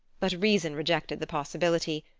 but reason rejected the possibility.